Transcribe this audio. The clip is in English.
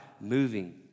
moving